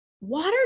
water